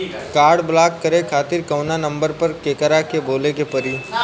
Card block करे खातिर कवना नंबर पर केकरा के बोले के परी?